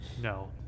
No